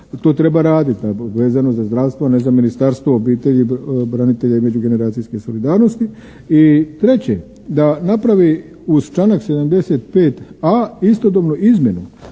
To treba raditi, vezano za zdravstvo, ne znam, Ministarstvo obitelji, branitelja i međugeneracijske solidarnosti. I treće, da napravi uz članak 75.a istodobno izmjenu